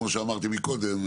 כמו שאמרתי מקודם,